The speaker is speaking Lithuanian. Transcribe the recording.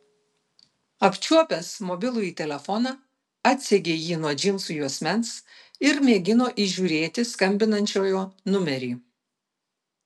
apčiuopęs mobilųjį telefoną atsegė jį nuo džinsų juosmens ir mėgino įžiūrėti skambinančiojo numerį